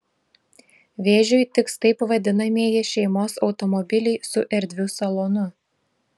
vėžiui tiks taip vadinamieji šeimos automobiliai su erdviu salonu